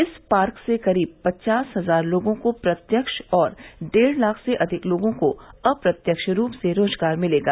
इस पार्क से करीब पचास हजार लोगों को प्रत्यक्ष और डेढ़ लाख से अधिक लोगों को अप्रत्यक्ष रूप से रोजगार मिलेगा